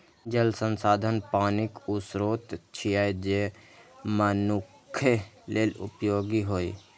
जल संसाधन पानिक ऊ स्रोत छियै, जे मनुक्ख लेल उपयोगी होइ